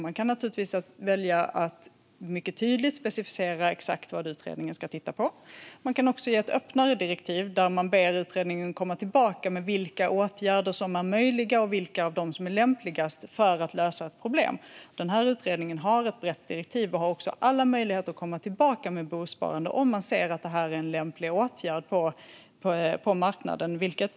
Man kan naturligtvis välja att tydligt specificera exakt vad utredningen ska titta på, och man kan också ge ett öppnare direktiv där man ber utredningen att komma tillbaka med vilka åtgärder som är möjliga och vilka som är lämpligast för att lösa ett problem. Den här utredningen har ett brett direktiv, och det finns alla möjligheter att komma tillbaka med förslag på bosparande om den ser att det är en lämplig åtgärd på marknaden.